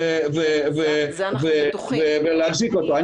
ולהחזיק אותו.